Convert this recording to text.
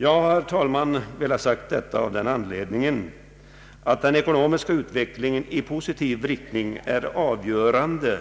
Jag har, herr talman, velat säga detta av den anledningen att en ekonomisk utveckling i positiv riktning är avgörande